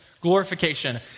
Glorification